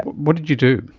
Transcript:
what did you do?